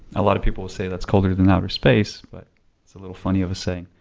a lot of people will say that's colder than outer space, but it's a little funny of a saying.